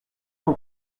son